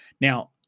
Now